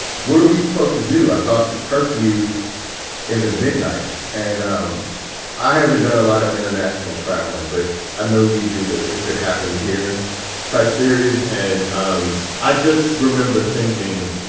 what are we supposed to do? i thought, the curfew is at midnight and um i haven't done a lot of international traveling, but i know we do that if it happened here type series. and um i just remember thinking,